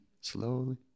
slowly